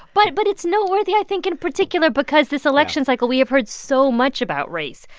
but but it's noteworthy i think in particular because this election cycle, we have heard so much about race.